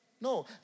No